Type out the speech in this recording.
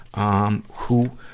um, who,